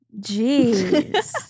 Jeez